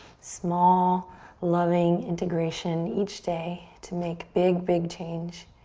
small loving integration each day to make big, big change.